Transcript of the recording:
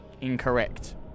incorrect